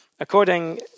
According